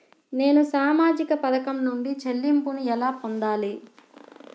నేను సామాజిక పథకం నుండి చెల్లింపును ఎలా పొందాలి?